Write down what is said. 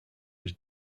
was